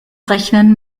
rechnen